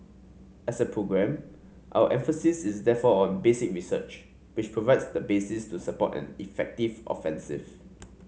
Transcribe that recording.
as a programme our emphasis is therefore on basic research which provides the basis to support an effective offensive